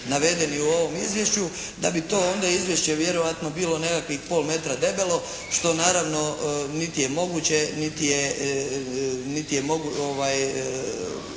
u ovom izvješću, da bi to onda izvješća vjerojatno bilo nekakvih pola metra debelo, što naravno nit je moguće, niti je moguće